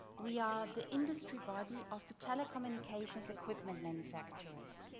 we are the industry body of the telecommunication equipment manufacturers.